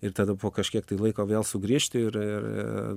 ir tada po kažkiek tai laiko vėl sugrįžti ir